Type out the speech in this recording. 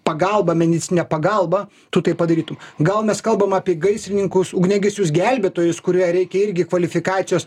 pagalbą medicininę pagalbą tu tai padarytum gal mes kalbam apie gaisrininkus ugniagesius gelbėtojus kurie reikia irgi kvalifikacijos